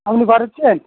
আপনি বার হচ্ছেন